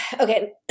okay